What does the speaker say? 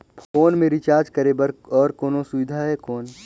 Phone मे recharge करे बर और कोनो सुविधा है कौन?